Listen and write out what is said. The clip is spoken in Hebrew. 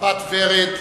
הבת ורד,